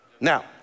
Now